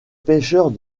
pêcheurs